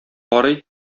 карый